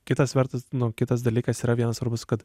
kitas vertus nu kitas dalykas yra vienas svarbus kad